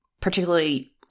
particularly